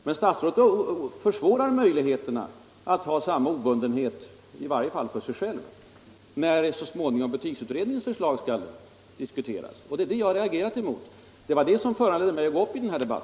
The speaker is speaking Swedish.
Men statsrådet försämrar möjligheterna att ha samma obundenhet, i varje fall för sig själv, när så småningom betygsutredningens förslag skall diskuteras. Det är det jag har reagerat emot, och det är det som föranlett mig att gå upp i denna debatt.